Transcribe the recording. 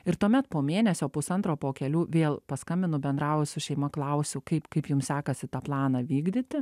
ir tuomet po mėnesio pusantro po kelių vėl paskambinu bendrauju su šeima klausiu kaip kaip jum sekasi tą planą vykdyti